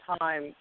time